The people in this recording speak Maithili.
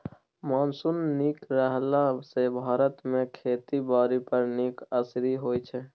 मॉनसून नीक रहला सँ भारत मे खेती बारी पर नीक असिर होइ छै